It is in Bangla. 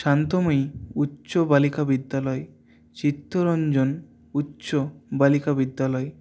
শান্তময়ী উচ্চ বালিকা বিদ্যালয় চিত্তরঞ্জন উচ্চ বালিকা বিদ্যালয়